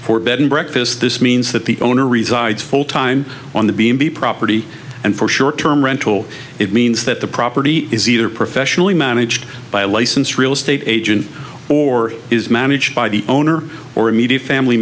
for bed and breakfast this means that the owner resides full time on the b and b property and for short term rental it means that the property is either professionally managed by a licensed real estate agent or is managed by the owner or immediate family